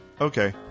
Okay